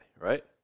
right